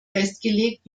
festgelegt